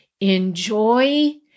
enjoy